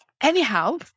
Anyhow